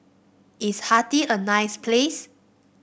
is Haiti a nice place